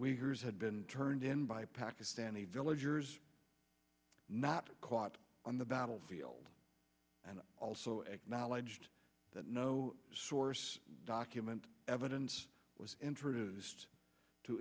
weavers had been turned in by pakistani villagers not caught on the battlefield and also acknowledged that no source document evidence was introduced to